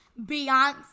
Beyonce